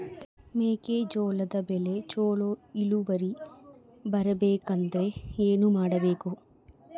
ಮೆಕ್ಕೆಜೋಳದ ಬೆಳೆ ಚೊಲೊ ಇಳುವರಿ ಬರಬೇಕಂದ್ರೆ ಏನು ಮಾಡಬೇಕು?